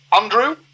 Andrew